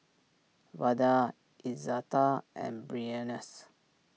Vada Izetta and Brianne's